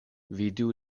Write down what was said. vidu